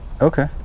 Okay